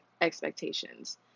expectations